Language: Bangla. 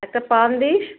একটা পান দিস